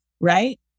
right